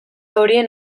horien